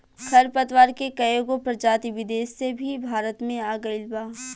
खर पतवार के कएगो प्रजाति विदेश से भी भारत मे आ गइल बा